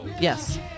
Yes